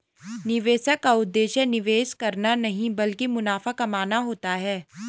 निवेशक का उद्देश्य निवेश करना नहीं ब्लकि मुनाफा कमाना होता है